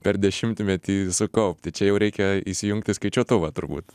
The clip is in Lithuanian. per dešimtmetį sukaupti čia jau reikia įsijungti skaičiuotuvą turbūt